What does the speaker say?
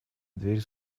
дверь